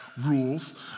Rules